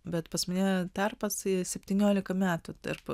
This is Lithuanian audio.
bet pas mane tarpas septyniolika metų tarp